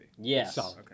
yes